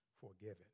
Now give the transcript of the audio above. forgiven